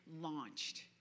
launched